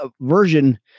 Version